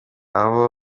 risaba